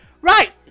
Right